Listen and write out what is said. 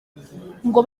ngo